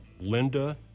Linda